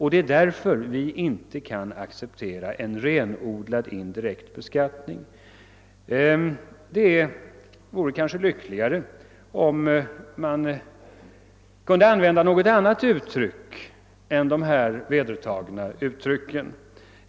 Det är därför som vi inte kan acceptera en renodlad individuell beskattning. Det vore kanske lyckligare om man kunde använda en annan beteckning än dessa vedertagna uttryck.